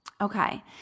Okay